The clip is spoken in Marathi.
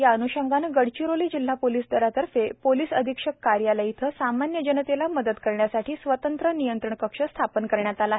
याअन्षंगाने गडचिरोली जिल्हा पोलीस दलातर्फ पोलीस अधिक्षक कार्यालय गडचिरोली येथे सामान्य जनतेस मदत करण्यासाठी स्वतंत्र नियंत्रण कक्ष स्थापण करण्यात आला आहे